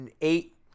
Eight